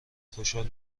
خشحال